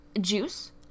juice